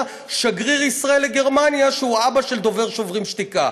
שגריר ישראל לגרמניה שהוא האבא של דובר שוברים שתיקה.